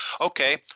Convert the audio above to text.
okay